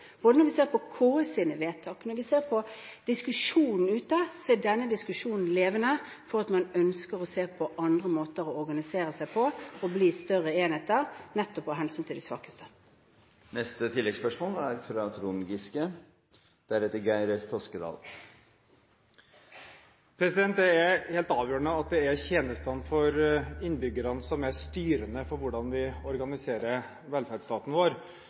både når vi ser på KS’ vedtak og når vi ser på diskusjonen ute, at denne diskusjonen er levende, fordi man ønsker å se på andre måter å organisere seg på, og bli større enheter, nettopp av hensyn til de svakeste. Trond Giske – til oppfølgingsspørsmål. Det er helt avgjørende at det er tjenestene for innbyggerne som er styrende for hvordan vi organiserer velferdsstaten vår.